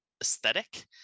aesthetic